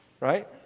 Right